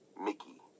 Mickey